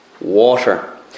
water